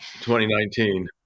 2019